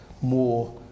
more